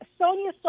Sonia